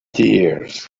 tears